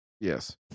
Yes